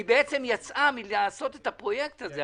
היא בעצם יצאה מלעשות את הפרויקט הזה,